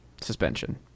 suspension